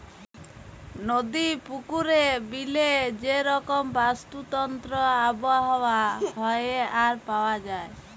নদি, পুকুরে, বিলে যে রকম বাস্তুতন্ত্র আবহাওয়া হ্যয়ে আর পাওয়া যায়